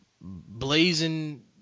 blazing